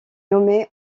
nommée